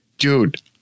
Dude